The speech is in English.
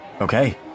Okay